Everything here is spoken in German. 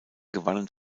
gewannen